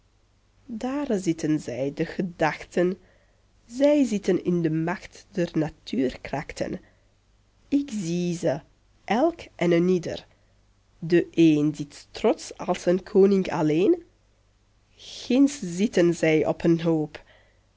daar zitten zij de gedachten zij zitten in de macht der natuurkrachten ik zie ze elk en een ieder de een zit trotsch als een koning alleen ginds zitten zij op een hoop